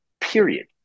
period